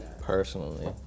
Personally